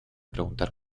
preguntar